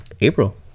April